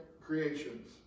creations